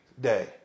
day